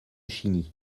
chigny